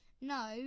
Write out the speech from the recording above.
No